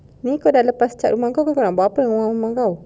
ni kau dah lepas cat rumah kau kau nak buat apa rumah rumah kau